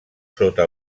sota